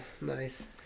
Nice